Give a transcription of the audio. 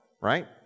right